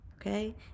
Okay